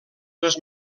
les